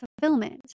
fulfillment